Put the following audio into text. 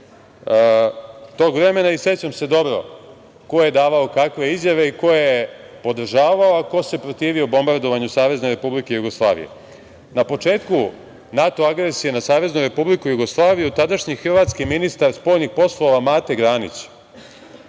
tog vremena i sećam se dobro ko je davao kakve izjave i ko je podržavao, a ko se protivio bombardovanju Savezne Republike Jugoslavije, na početku NATO agresije na Saveznu Republiku Jugoslaviju tadašnji hrvatski ministar spoljnih poslova Mate Granić